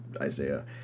Isaiah